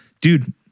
dude